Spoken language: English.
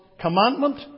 commandment